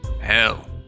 Hell